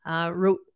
wrote